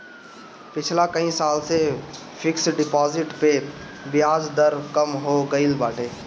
पिछला कई साल से फिक्स डिपाजिट पअ बियाज दर कम हो गईल बाटे